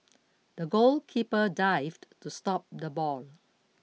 the goalkeeper dived to stop the ball